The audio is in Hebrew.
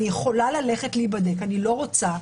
אני יכולה ללכת להיבדק אבל אני לא רוצה.